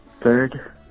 Third